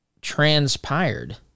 transpired